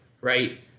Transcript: right